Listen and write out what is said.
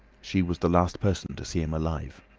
she was the last person to see him alive.